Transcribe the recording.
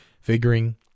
figuring